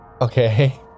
Okay